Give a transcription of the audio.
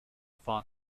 fun